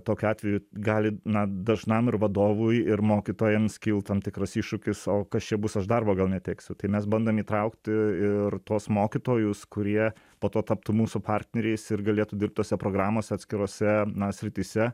tokiu atveju gali na dažnam ir vadovui ir mokytojams kilt tam tikras iššūkis o kas čia bus aš darbo gal neteksiu tai mes bandom įtraukti ir tuos mokytojus kurie po to taptų mūsų partneriais ir galėtų dirbt tose programose atskirose srityse